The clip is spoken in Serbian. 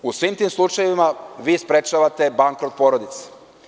U svim tim slučajevima vi sprečavate bankrot svoje porodice.